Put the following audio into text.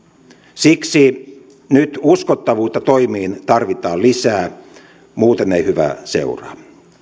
siksi nyt uskottavuutta toimiin tarvitaan lisää muuten ei hyvää seuraa